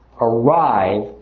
arrive